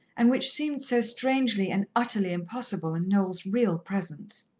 and which seemed so strangely and utterly impossible in noel's real presence.